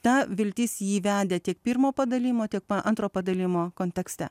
ta viltis jį vedė tiek pirmo padalijimo tik po antro padalijimo kontekste